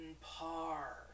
par